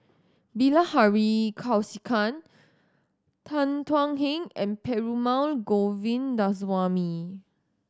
Bilahari Kausikan Tan Thuan Heng and Perumal Govindaswamy